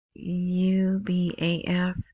UBAF